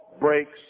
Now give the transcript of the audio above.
breaks